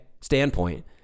standpoint